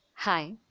Hi